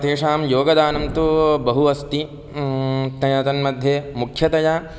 तेषां योगदानं तु बहु अस्ति त तन्मध्ये मुख्यतया